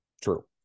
True